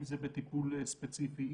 אם זה בטיפול ספציפי,